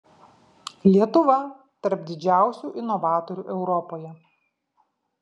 lietuva tarp didžiausių inovatorių europoje